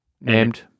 Named